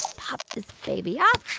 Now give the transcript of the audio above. pop this baby off.